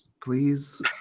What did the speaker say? Please